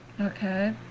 Okay